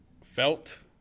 felt